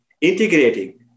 integrating